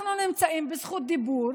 אנחנו נמצאים בזכות דיבור,